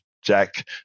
jack